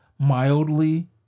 mildly